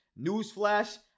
Newsflash